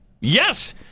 Yes